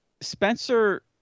Spencer